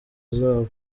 izabo